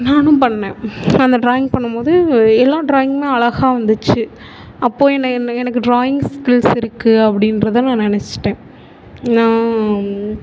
நானும் பண்ணிணேன் அந்த டிராயிங் பண்ணும் போது எல்லா டிராயிங்குமே அழகாக வந்துச்சு அப்போது என்ன என்ன எனக்கு டிராயிங் ஸ்கில்ஸ் இருக்குது அப்படின்றத நான் நினைச்சிட்டேன் நான்